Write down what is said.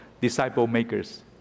disciple-makers